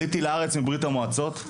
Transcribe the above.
עליתי לארץ מברית המועצות,